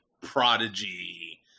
Prodigy